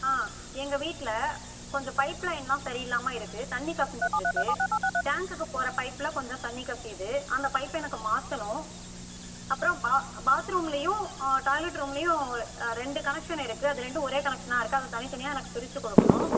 ஆ எங்கள் வீட்டில் கொஞ்சம் பைப் லைன்லாம் சரியில்லாமல் இருக்கு தண்ணி கசிஞ்சுட்ருக்கு டேன்ங்குக்கு போகிற பைபில் கொஞ்சம் தண்ணி கசியிது அந்த பைப்பை எனக்கு மாற்றணும் அப்புறோம் பாத் பாத்ரூம்லையும் டாய்லட் ரூம்லையும் ரெண்டு கணைக்ஷன் இருக்கு அது ரெண்டு ஒரே கணைக்ஷனாகருக்கு அது எனக்கு பிரிச்சு கொடுக்கணும்